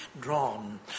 drawn